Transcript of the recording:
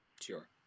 sure